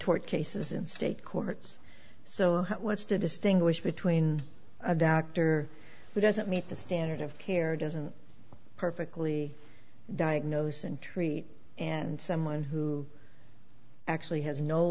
tort cases in state courts so what's to distinguish between a doctor who doesn't meet the standard of care doesn't perfectly diagnose and treat and someone who actually has no